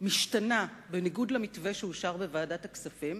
משתנה בניגוד למתווה שאושר בוועדת הכספים,